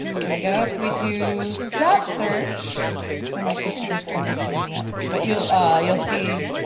there we go, if we do that search and my computer is kind of hanging up, but you'll ah you'll see